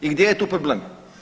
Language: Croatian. I gdje je tu problem?